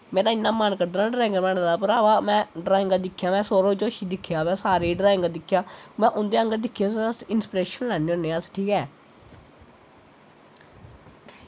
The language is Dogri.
मेरा इन्ना मन करदा न ड्राईंगां बनाने दा भ्रावा में ड्राईंगां दिक्खेआ में सौरभ जोशी दिक्खेआ में सारें ड्राईगां दिक्खे में उंदे आ्ह्नेगर दिक्खेआ इंसप्रेशन लैन्ने होन्ने ठीक ऐ